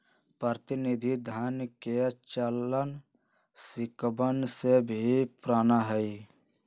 प्रतिनिधि धन के चलन सिक्कवन से भी पुराना हई